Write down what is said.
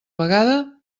vegada